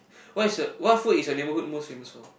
what is your what food is your neighborhood most famous for